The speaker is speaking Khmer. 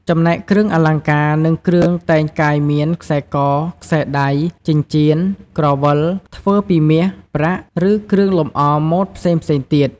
ចំណែកគ្រឿងអលង្ការ និងគ្រឿងតែងកាយមាន ខ្សែក ខ្សែដៃ ចិញ្ចៀន ក្រវិល ធ្វើពីមាស ប្រាក់ ឬគ្រឿងលម្អម៉ូតផ្សេងៗទៀត។